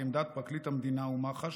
כעמדת פרקליט המדינה ומח"ש,